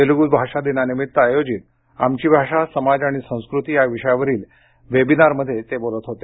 तेलगू भाषा दिनानिमित्त आयोजित आमची भाषा समाज आणि संस्कृती या विषयावरील वेबिनारमध्ये ते बोलत होते